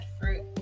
fruit